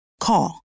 Call